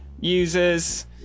users